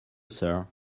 sir